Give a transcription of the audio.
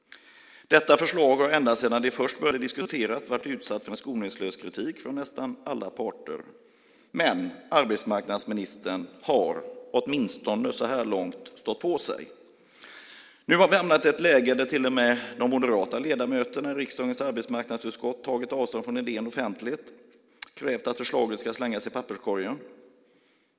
Detta förslag har ända sedan det först började diskuteras varit utsatt för en skoningslös kritik från nästan alla parter, men arbetsmarknadsministern har åtminstone så här långt stått på sig. Nu har vi hamnat i ett läge där till och med de moderata ledamöterna i riksdagens arbetsmarknadsutskott tagit avstånd från idén offentligt och krävt att förslaget ska slängas i papperskorgen.